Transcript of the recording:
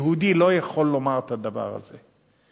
יהודי לא יכול לומר את הדבר הזה.